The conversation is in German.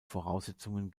voraussetzungen